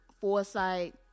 foresight